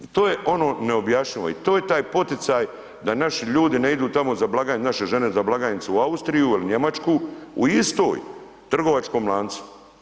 I to je ono neobjašnjivo i to je taj poticaj da naši ljudi ne idu tamo za blagajnu, naše žene za blagajnicu u Austriju ili Njemačku u istom trgovačkom lancu.